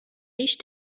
riches